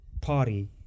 party